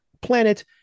planet